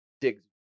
digs